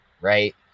right